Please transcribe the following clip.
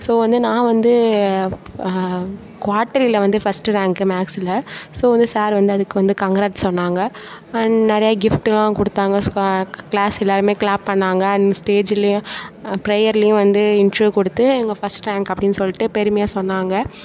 so வந்து நான் வந்து குவாட் இயர்லில் வந்து ஃபஸ்ட்டு ரேங்க்கு மேக்ஸ்சில் ஸோ வந்து சார் வந்து அதுக்கு வந்து கங்கிராட்ஸ் சொன்னாங்க அண்ட் நிறையா கிஃட்டெலாம் கொடுத்தாங்க கிளாஸ் எல்லாேருமே கிளாப் பண்ணிணாங்க அண்ட் ஸ்டேஜிலேயும் பிரேயேர்லேயும் வந்து இன்ட்ரோ கொடுத்து இவங்க ஃபஸ்ட்டு ரேங்க்கு அப்படின்னு சொல்லிட்டு பெருமையாக சொன்னாங்க